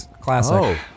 classic